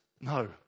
no